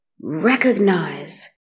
recognize